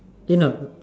think now